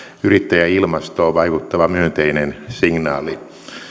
yrittäjäilmastoon vaikuttava myönteinen signaali